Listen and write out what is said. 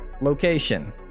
Location